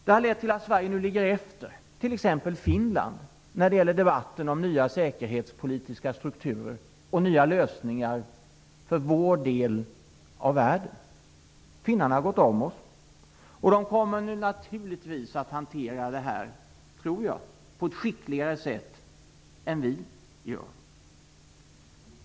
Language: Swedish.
Det har lett till att Sverige nu ligger efter t.ex. Finland när det gäller debatten om nya säkerhetspolitiska strukturer och nya lösningar för vår del av världen. Finnarna har gått om oss, och jag tror att de nu kommer att hantera det här på ett skickligare sätt än vi gör.